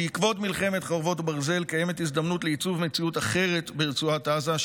בעקבות מלחמת חרבות ברזל קיימת הזדמנות לעיצוב מציאות אחרת ברצועת עזה,